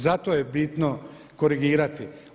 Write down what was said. Zato je bitno korigirati.